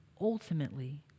ultimately